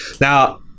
Now